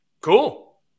cool